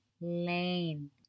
lane